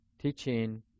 teaching